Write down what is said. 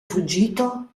fuggito